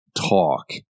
talk